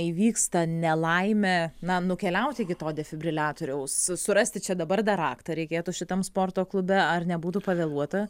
įvyksta nelaimė na nukeliaut iki to defibriliatoriaus surasti čia dabar dar raktą reikėtų šitam sporto klube ar nebūtų pavėluota